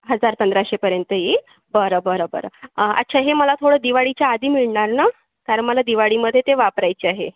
हजार पंधराशेपर्यंत येईल बरं बरं बरं अं अच्छा हे मला थोडं दिवाळीच्या आधी मिळणार ना कारण मला दिवाळीमध्ये ते वापरायचे आहे